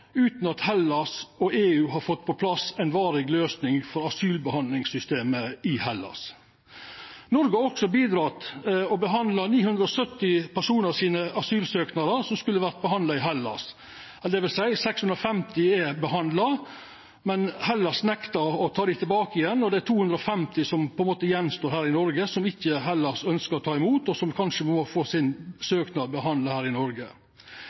utan at Hellas og EU har fått på plass ei varig løysing for asylhandsamingssystemet i Hellas. Noreg har også bidrege ved å handsama asylsøknadene til 970 personar, som skulle ha vore handsama i Hellas. Det vil seia at 650 er handsama, men Hellas nektar å ta dei tilbake, og det er 250 som vert att her i Noreg, som Hellas ikkje ønskjer å ta imot, og som kanskje må få søknaden sin handsama her i Noreg.